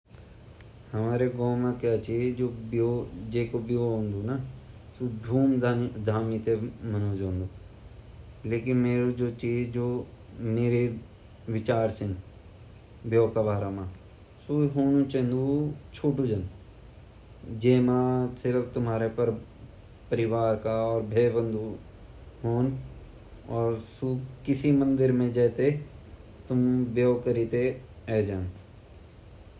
जब हम भारत मा रोड लगया छीन ता हमा देशा हिसाब से हमा आदर्श विवहा हमा संस्कृति हिसाब से वे सकन जु मुसलमान ची ऊ अपा तरीका वोलु जु हिन्दू चि ऊ अपरा तरीका से कार्ला ता हम ता हिंदी छिन हमा जु ची ता अग्निगा साथ फेरा लेके हमा शादी वुन ची येते हम आदर्श विवहा ब्वल्दा वेमा हुमते सात कसम दीले जांदी।